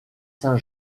saint